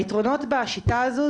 היתרונות בשיטה הזו,